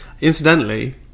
Incidentally